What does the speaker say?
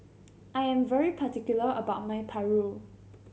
I am very particular about my paru